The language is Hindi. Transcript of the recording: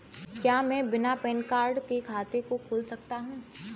क्या मैं बिना पैन कार्ड के खाते को खोल सकता हूँ?